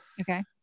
Okay